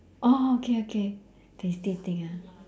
oh okay okay tasty thing ah